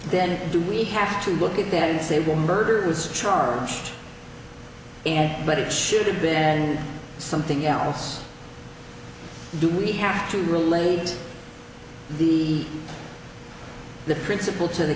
then do we have to look at that and say well murder is charged and but it should have been something else do we have to relate the the principal to the